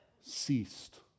ceased